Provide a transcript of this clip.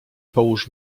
połóż